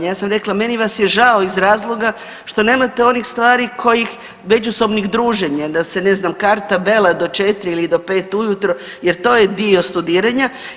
Ja sam rekla meni vas je žao iz razloga što nemate onih stvari kojih međusobnih druženja da se ne znam karta bela do 4 ili do 5 ujutro jer to je dio studiranja.